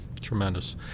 Tremendous